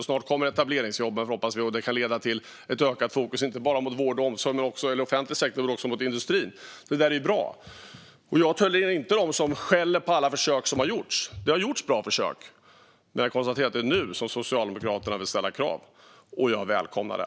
Snart kommer etableringsjobben, och de kan leda till ett ökat fokus inte bara mot vård och omsorg i offentlig sektor utan också mot industrin. Det är bra. Jag hör inte till dem som skäller på alla försök som har gjorts. Det har gjorts bra försök, men jag konstaterar att det är nu som Socialdemokraterna vill ställa krav - och jag välkomnar det.